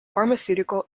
pharmaceutical